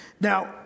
Now